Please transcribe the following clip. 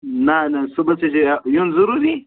نہ نہ صُبحَسٕے یہ یُن ضُروٗری